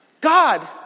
God